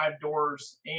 doors